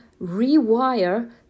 rewire